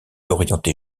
orientée